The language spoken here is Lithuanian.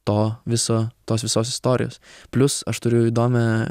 to viso tos visos istorijos plius aš turiu įdomią